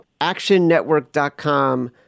actionnetwork.com